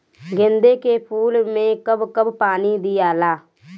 गेंदे के फूल मे कब कब पानी दियाला?